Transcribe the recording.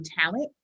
talent